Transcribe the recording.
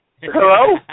Hello